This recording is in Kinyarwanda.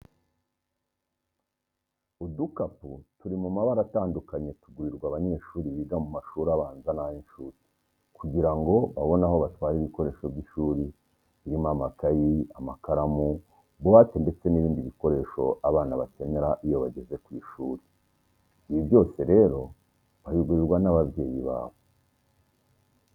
Udukapu turi mu mabara atandukanye tugurirwa abanyeshuri biga mu mashuri abanza n'ay'incuke kugira ngo babone aho batwara ibikoresho by'ishuri birimo amakayi, amakaramo, buwate ndetse n'ibindi bikoresho abana bakenera iyo bageze ku ishuri. Ibi byose rero babigurirwa n'ababyeyi babo.